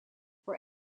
were